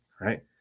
right